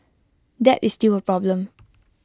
that is still A problem